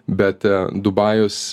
bet dubajus